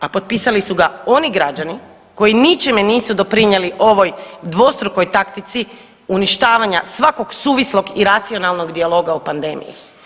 A potpisali su ga oni građani koji ničime nisu doprinijeli ovoj dvostrukoj taktici uništavanja svakog suvislog i racionalnog dijaloga o pandemiji.